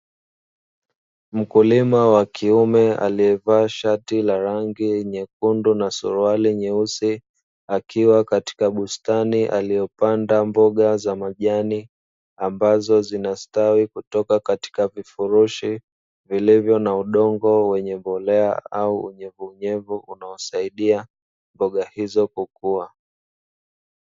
Mkulima wa kiume, aliyevaa shati la rangi nyekundu na suluali nyeusi, akiwa katika bustani aliyopanda mboga za majani, ambazo zinastawi kutoka katika vifurushi vilivyo na udongo wenye mbolea au wenye unyevuunyevu, unaosaidia mboga hizo kukua.